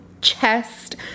chest